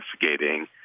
investigating